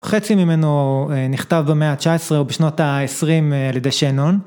חצי ממנו נכתב במאה ה-19 או בשנות ה-20 על ידי שנון.